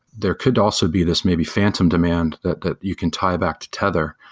there could also be this may be phantom demand that that you can tie back to tether.